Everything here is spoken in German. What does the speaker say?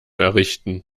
errichten